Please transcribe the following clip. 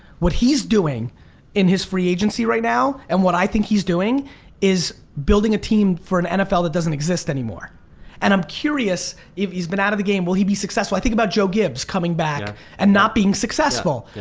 what he's doing in his free agency right now and what i think he's doing is building a team for an nfl that doesn't exist anymore and i'm curious if he's been out of the game, will he be successful? i think about joe gibbs coming back and not being successful.